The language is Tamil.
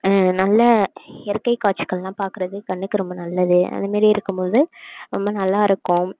நல்ல இயற்கை காட்சிக்கள்லாம் பார்க்குறது கண்ணுக்கு ரொம்ப நல்லது அது மாரி இருக்கும் போது ரொம்ப நல்லா இருக்கும்